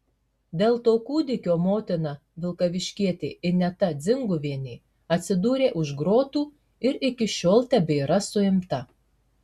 dėl to kūdikio motina vilkaviškietė ineta dzinguvienė atsidūrė už grotų ir iki šiol tebėra suimta